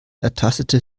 ertastete